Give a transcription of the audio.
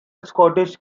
scottish